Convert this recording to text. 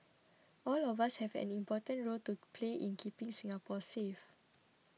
all of us have an important role to play in keeping Singapore safe